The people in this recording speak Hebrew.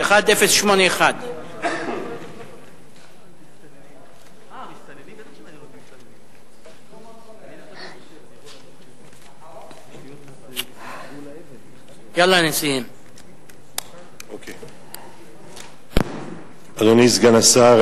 1081. אדוני סגן השר,